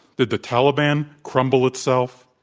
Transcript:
did the taliban crumble itself?